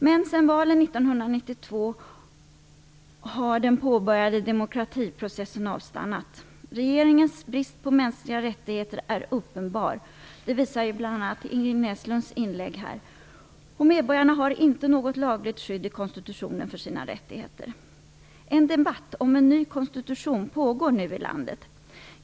Men sedan valen genomfördes 1992 har den påbörjade demokratiprocessen avstannat. Regeringens brist på respekt för mänskliga rättigheter är uppenbar. Det visar bl.a. Ingrid Näslunds inlägg här. Medborgarna har inte något lagligt skydd i konstitutionen för sina rättigheter. En debatt om en ny konstitution pågår i landet.